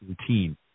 routine